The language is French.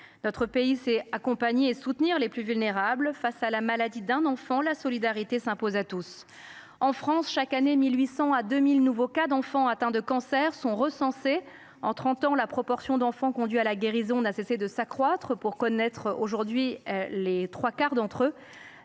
Notre pays sait accompagner et soutenir les plus vulnérables. Face à la maladie d’un enfant, la solidarité s’impose à tous. En France, chaque année, 1 800 à 2 000 nouveaux cas d’enfants atteints de cancer sont recensés. En trente ans, la proportion d’enfants conduits à la guérison n’a cessé de croître. Elle est désormais de trois quarts.